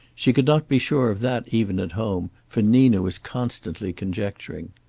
she could not be sure of that even at home, for nina was constantly conjecturing.